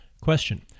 Question